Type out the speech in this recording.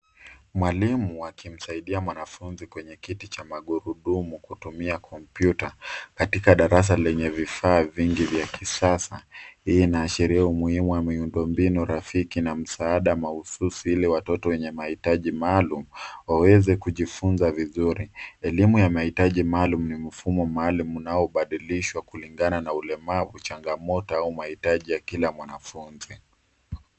Mwalimu akimsaidia mwanafunzi kwenye kiti cha magurudumu kutumia kompyuta katika darasa lenye vifaa vingi vya kisasa. Hii inaashiria umuhimu wa miundombinu rafiki na msaada mahususi ili watoto wenye mahitaji maalum waweze kujifunza vizuri. Elimu ya mahitaji maalum ni mfumo maalum unaobadilishwa kulingana na ulemavu, changamoto au mahitaji ya kila mwanafunzi.